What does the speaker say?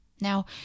Now